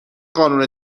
قانون